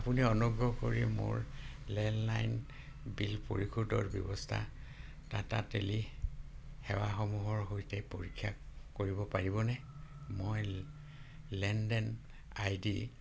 আপুনি অনুগ্ৰহ কৰি মোৰ লেণ্ডলাইন বিল পৰিশোধৰ অৱস্থা টাটা টেলি সেৱাসমূহৰ সৈতে পৰীক্ষা কৰিব পাৰিবনে মই লেনদেন আই ডি